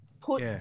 put